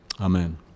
amen